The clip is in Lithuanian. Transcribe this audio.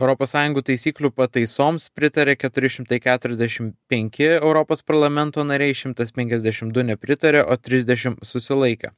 europos sąjungų taisyklių pataisoms pritarė keturi šimtai keturiasdešimt penki europos parlamento nariai šimtas penkiasdešimt du nepritarė o trisdešimt susilaikė